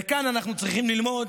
וכאן אנחנו צריכים ללמוד,